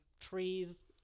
trees